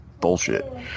bullshit